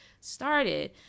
started